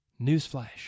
Newsflash